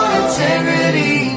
integrity